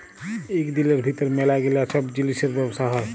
ইক দিলের ভিতর ম্যালা গিলা ছব জিলিসের ব্যবসা হ্যয়